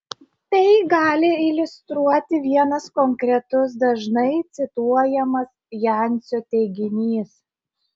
tai gali iliustruoti vienas konkretus dažnai cituojamas jancio teiginys